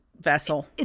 vessel